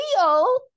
feel